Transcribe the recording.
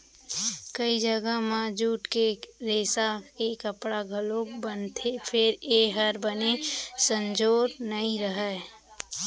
कइ जघा म जूट के रेसा के कपड़ा घलौ बनथे फेर ए हर बने संजोर नइ रहय